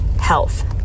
health